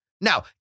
Now